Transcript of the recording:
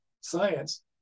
science